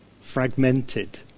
fragmented